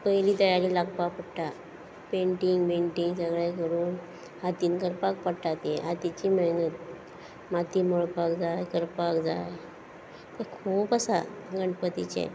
पयलीं तयारेक लागपा पडटा पैंटिंग बैंटिंग सगळें करून हातीन करपाक पडटा तीं हातीची मेहनत माती मळपाक जाय करपाक जाय तें खूब आसा गणपतीचें